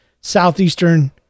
Southeastern